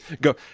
go